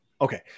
Okay